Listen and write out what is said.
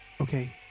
okay